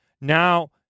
Now